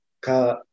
Ca